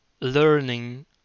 learning